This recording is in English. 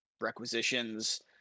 requisitions